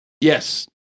Yes